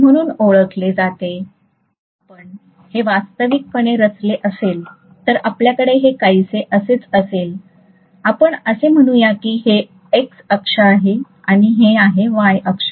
जर आपण हे वास्तविकपणे रचले असेल तर आपल्याकडे हे काहीसे असेच असेल तर आपण असे म्हणूया की हे x अक्ष आहे आणि हे आहे y अक्ष